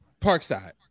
Parkside